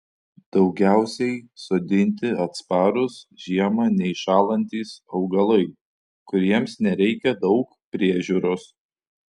daugiausiai sodinti atsparūs žiemą neiššąlantys augalai kuriems nereikia daug priežiūros